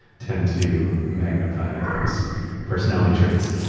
tend to magnify those personality traits.